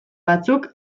batzuk